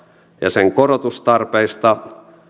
ja sen korotustarpeista